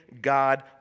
God